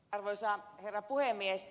arvoisa herra puhemies